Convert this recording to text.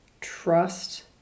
trust